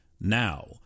Now